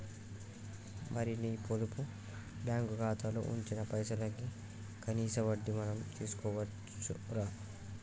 మరి నీ పొదుపు బ్యాంకు ఖాతాలో ఉంచిన పైసలకి కనీస వడ్డీ మనం తీసుకోవచ్చు రా